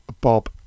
Bob